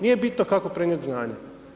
Nije bitno kako prenijeti znanje.